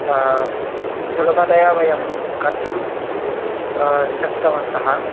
सुलभतया वयं कर्तुं शक्तवन्तः